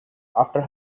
after